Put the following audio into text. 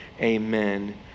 amen